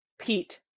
Pete